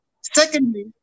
Secondly